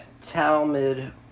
Talmud